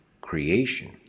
creation